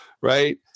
right